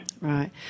Right